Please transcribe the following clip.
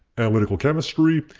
analytical chemistry,